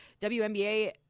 WNBA